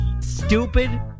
Stupid